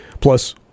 Plus